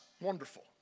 wonderful